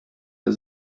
der